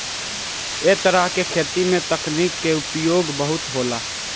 ऐ तरह के खेती में तकनीक के उपयोग बहुत होला